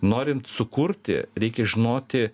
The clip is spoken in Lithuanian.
norint sukurti reikia žinoti